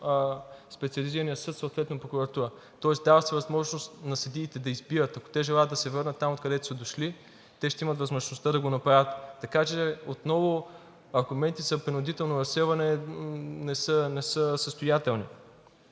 Специализирания съд, съответно Прокуратура, тоест дава се възможност на съдиите да избират. Ако те желаят да се върнат там, откъдето са дошли, те ще имат възможността да го направят, така че отново аргументите за принудително разселване не са състоятелни.